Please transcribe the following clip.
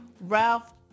Ralph